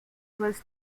was